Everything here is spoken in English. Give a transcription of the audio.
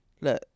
look